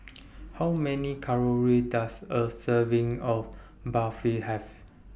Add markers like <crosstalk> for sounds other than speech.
<noise> How Many Calories Does A Serving of Barfi Have